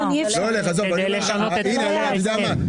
כדי לשנות ההסכם.